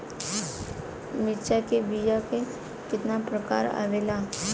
मिर्चा के बीया क कितना प्रकार आवेला?